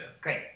Great